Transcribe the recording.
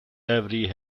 every